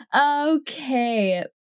Okay